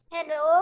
Hello